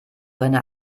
seine